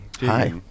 Hi